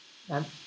ya